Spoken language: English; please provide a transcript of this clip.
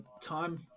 time